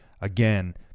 Again